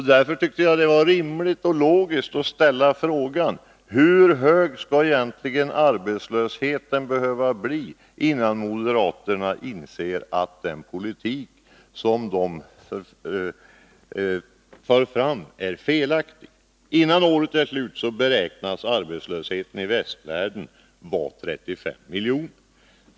Därför tycker jag att det var rimligt och logiskt att ställa frågan: Hur hög skall egentligen arbetslösheten behöva bli innan moderaterna inser att den politik som de för är felaktig? Innan året är slut beräknas arbetslösheten i västvärlden omfatta 35 miljoner människor.